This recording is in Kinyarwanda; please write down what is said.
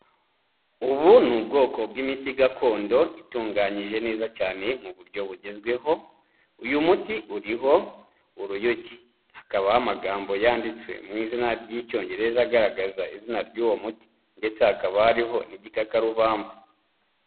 Ubu ni ubwoko bw'imiti gakondo itunganyije neza cyane mu buryo bugezweho, uyu muti uriho uruyuki, hakabaho amagambo yanditswe mu izina ry'Icyongereza agaragaza izina ry'uwo muti ndetse hakaba hariho n'igikakarubamba.